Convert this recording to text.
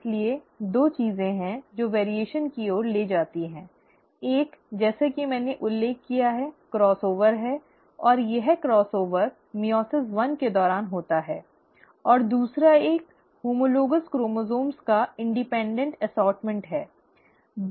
और इसलिए दो चीजें हैं जो भिन्नता की ओर ले जाती हैं एक जैसा कि मैंने उल्लेख किया है क्रॉस ओवर है और यह क्रॉस ओवर मइओसिस एक के दौरान होता है और दूसरा एक होमोलोगॅस क्रोमोसोम्स का स्वतंत्र वर्गीकरण है